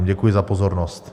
Děkuji za pozornost.